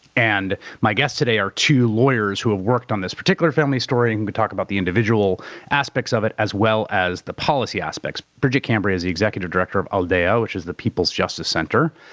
and my guests today are two lawyers who have worked on this particular family's story and can talk about the individual aspects of it as well as the policy aspects. bridget cambria is the executive director of aldea, which is the people's justice center.